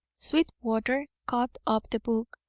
sweetwater caught up the book,